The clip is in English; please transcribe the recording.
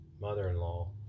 mother-in-law